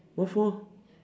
what for